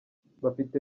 bafite